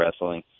wrestling